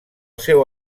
seu